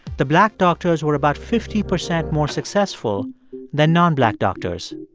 the black doctors were about fifty percent more successful than nonblack doctors.